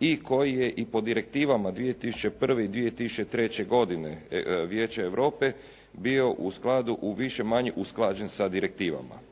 i koji je i po direktivama 2001. i 2003. godine Vijeće Europe bio u skladu u više-manje usklađen sa direktivama.